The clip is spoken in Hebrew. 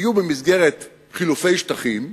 יהיו במסגרת חילופי שטחים